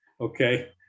Okay